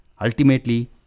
Ultimately